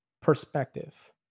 Perspective